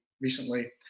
recently